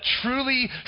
truly